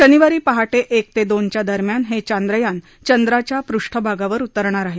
शनिवारी पहाटे एक ते दोनच्या दरम्यान हे चांद्रयान चंद्राच्या पृष्ठभागावर उतरणार आहे